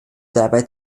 dabei